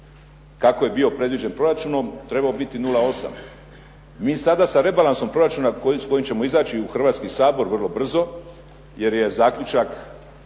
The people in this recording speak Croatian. kako je bio predviđen proračunom trebao biti 0,8. Mi sada sa rebalansom proračuna s kojim ćemo izaći u Hrvatski sabor vrlo brzo jer je zaključak